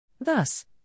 Thus